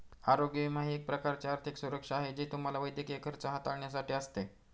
आरोग्य विमा ही एक प्रकारची आर्थिक सुरक्षा आहे जी तुम्हाला वैद्यकीय खर्च हाताळण्यासाठी असते